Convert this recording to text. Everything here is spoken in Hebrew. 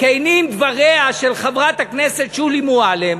כנים דבריה של חברת הכנסת שולי מועלם